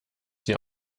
sie